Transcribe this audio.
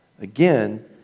Again